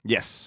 Yes